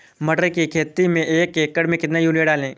मटर की खेती में एक एकड़ में कितनी यूरिया डालें?